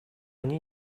они